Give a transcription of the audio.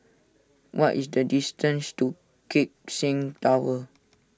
what is the distance to Keck Seng Tower